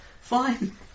Fine